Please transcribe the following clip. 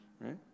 right